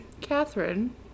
Catherine